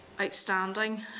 outstanding